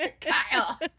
Kyle